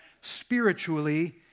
spiritually